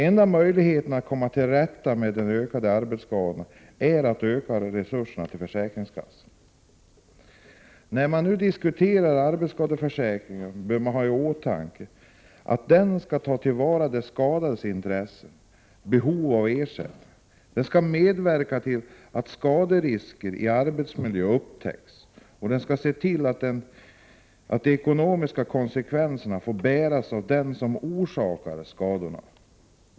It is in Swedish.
Enda möjligheten att komma till 87 rätta med det ökande antalet arbetsskador är att ge försäkringskassorna När arbetsskadeförsäkringen diskuteras bör man ha i åtanke att denna skall tillvarata de skadades intressen. Det handlar om deras behov av ersättning. Arbetsskadeförsäkringen skall också medverka till att skaderisker i arbetsmiljön upptäcks. Enligt arbetsskadeförsäkringen skall den som orsakar skador ta konsekvenserna i ekonomiskt hänseende.